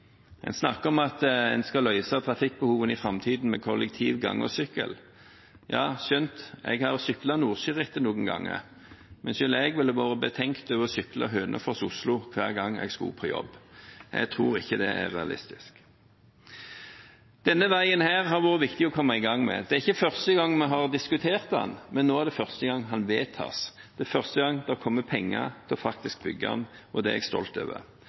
En snakker om at en skal løse trafikkbehovet i framtiden med kollektiv, gange og sykkel. Ja, jeg har syklet Nordsjørittet noen ganger, men selv jeg ville være betenkt over å sykle Hønefoss–Oslo hver gang jeg skulle på jobb. Jeg tror ikke det er realistisk. Denne veien har det vært viktig å komme i gang med. Det er ikke første gang vi har diskutert den, men nå er det første gang den vedtas. Det er første gang det kommer penger til faktisk å bygge den, og det er jeg stolt over.